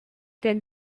then